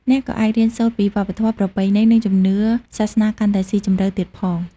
អ្នកក៏អាចរៀនសូត្រពីវប្បធម៌ ប្រពៃណី និងជំនឿសាសនាកាន់តែស៊ីជម្រៅទៀតផង។